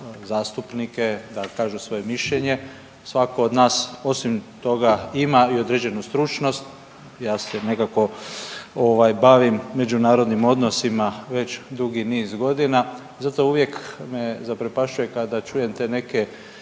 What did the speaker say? zastupnike da kažu svoje mišljenje. Svako od nas osim toga ima i određenu stručnost ja se nekako bavim međunarodnim odnosima već dugi niz godina, zato me uvijek zaprepašćuje kada čujem te neke